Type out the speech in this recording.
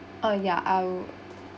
oh ya I would